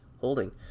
holding